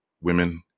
women